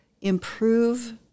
improve